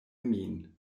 min